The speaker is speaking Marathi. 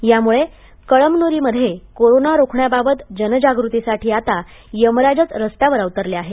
त्यामुळे कळमनुरीमध्ये कोरोना रोखण्याबाबत जनजागृतीसाठी आता यमराजचा रस्त्यावर अवतरले आहेत